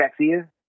Jaxia